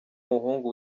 w’umuhungu